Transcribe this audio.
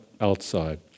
outside